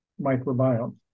microbiome